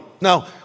Now